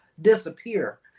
disappear